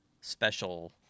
special